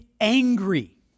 angry